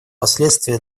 последствия